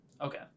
Okay